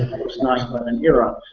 nine eleven era.